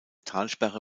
talsperre